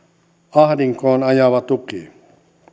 ahdinkoon ajava tuki